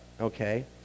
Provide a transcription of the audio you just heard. okay